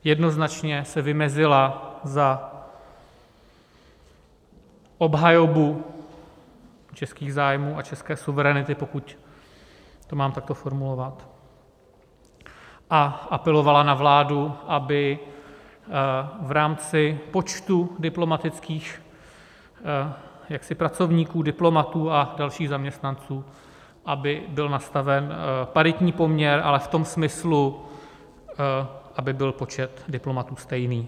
Jednoznačně se vymezila za obhajobu českých zájmů a české suverenity pokud to mám takto formulovat a apelovala na vládu, aby v rámci počtu diplomatických pracovníků, diplomatů a dalších zaměstnanců byl nastaven paritní poměr, ale v tom smyslu, aby byl počet diplomatů stejný.